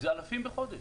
זה אלפים בחודש.